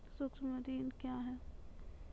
सुक्ष्म ऋण क्या हैं?